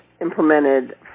implemented